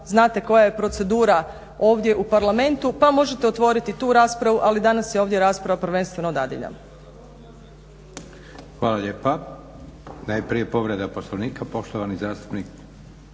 znate koja je procedura ovdje u Parlamentu pa možete otvoriti tu raspravu, ali danas je ovdje rasprava prvenstveno o dadiljama. **Leko, Josip (SDP)** Hvala lijepa. Najprije povreda Poslovnika, poštovani zastupnik